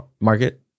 Market